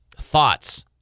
thoughts